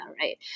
right